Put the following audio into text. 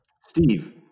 Steve